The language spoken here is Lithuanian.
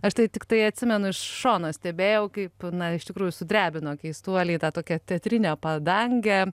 aš tai tiktai atsimenu iš šono stebėjau kaip na iš tikrųjų sudrebino keistuoliai tą tokią teatrinę padangę